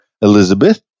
Elizabeth